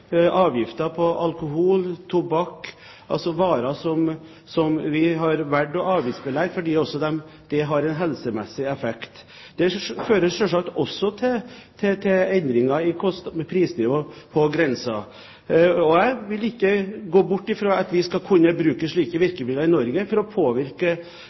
avgifter på alkohol og tobakk, varer som vi har valgt å avgiftsbelegge fordi det også har en helsemessig effekt. Det fører selvsagt også til endringer i prisnivået på grensen. Jeg vil ikke gå bort fra at vi skal kunne bruke slike virkemidler i Norge for å påvirke